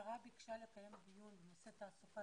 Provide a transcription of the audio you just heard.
השרה ביקשה לקיים דיון בנושא תעסוקת